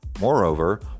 Moreover